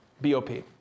B-O-P